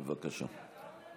בבקשה.